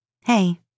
Hey